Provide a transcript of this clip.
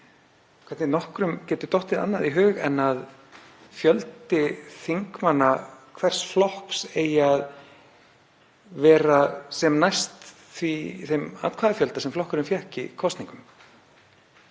hvernig nokkrum getur dottið annað í hug en að fjöldi þingmanna hvers flokks eigi að vera sem næstur þeim atkvæðafjölda sem flokkurinn fékk í kosningunum.